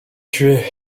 tuée